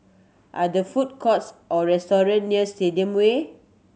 are there food courts or restaurant near Stadium Way